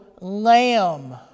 lamb